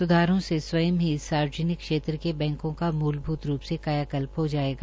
सुधारों से स्वयं ही सार्वजनिक क्षेत्र के बैंकों का मूलभूत रूप से कायाकल्प हो जायेगा